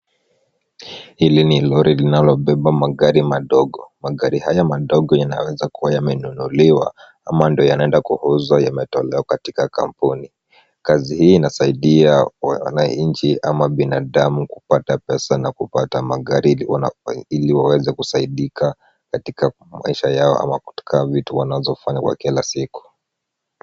Hili ni lori linalobeba magari madogo. Magari haya madogo yanaweza kuwa yamenunuliwa ama ndio yanaenda kuuzwa, yametolewa katika kampuni. Kazi hii inasaidia wananchi ama binadamu kupata pesa na kupata magari ili waweze kusaidika katika maisha yao ama katika vitu wanazofanya kwa kila siku.